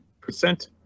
Percent